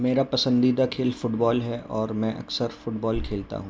میرا پسندیدہ کھیل فٹ بال ہے اور میں اکثر فٹ بال کھیلتا ہوں